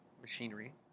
machinery